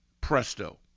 Presto